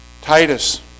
Titus